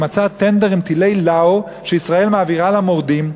מצאה טנדר עם טילי "לאו" שישראל מעבירה למורדים,